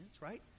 right